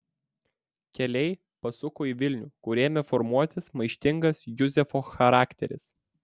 keliai pasuko į vilnių kur ėmė formuotis maištingas juzefo charakteris